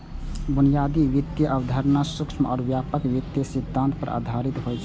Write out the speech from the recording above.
बुनियादी वित्तीय अवधारणा सूक्ष्म आ व्यापक वित्तीय सिद्धांत पर आधारित होइ छै